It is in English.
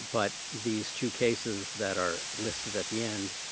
but these two cases that are listed at the end,